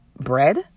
bread